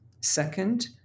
Second